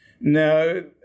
No